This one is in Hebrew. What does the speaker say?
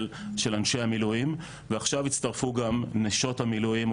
של אנשי המילואים ועכשיו הצטרפו גם נשות המילואים,